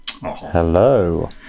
Hello